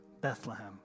Bethlehem